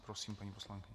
Prosím, paní poslankyně.